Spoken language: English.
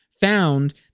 found